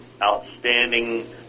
outstanding